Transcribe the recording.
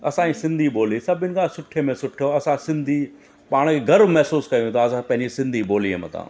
असांजी सिंधी ॿोली सभिनि खां सुठे में सुठो असां सिंधी पाण में गर्व महसूसु कयूं था असां पंहिंजी सिंधी ॿोलीअ मथां